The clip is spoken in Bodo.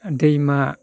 दैमा